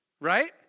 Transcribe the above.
right